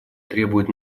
требует